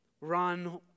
run